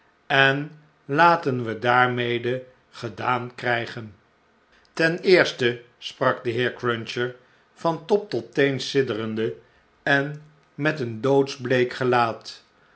en laten we daarmede gedaan krn'gen ten eerste sprak de heer cruncher van top tot teen sidderende en met een doodsbleek gelaat